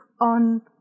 on